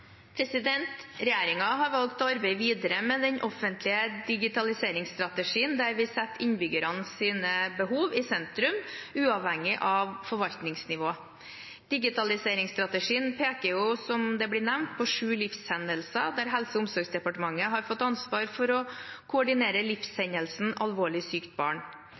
har valgt å arbeide videre med den offentlige digitaliseringsstrategien, der vi setter innbyggernes behov i sentrum uavhengig av forvaltningsnivå. Digitaliseringsstrategien peker som nevnt ut sju livshendelser der Helse- og omsorgsdepartementet har fått ansvar for å koordinere livshendelsen Alvorlig sykt barn.